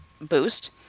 boost